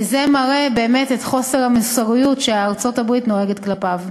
כי זה מראה באמת את חוסר המוסריות שבו ארצות-הברית נוהגת כלפיו.